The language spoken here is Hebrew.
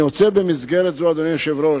אני רוצה במסגרת זו, אדוני היושב-ראש,